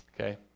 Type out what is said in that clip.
Okay